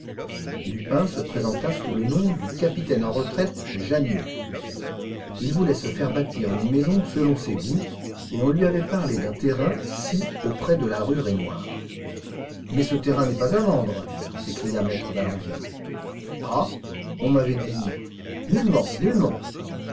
lupin se présenta sous le nom du capitaine en retraite janniot il voulait se faire bâtir une maison selon ses goûts et on lui avait parlé d'un terrain sis auprès de la rue raynouard mais ce terrain n'est pas à vendre s'écria m e valandier ah on m'avait dit nullement nullement